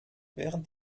während